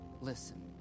listen